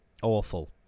awful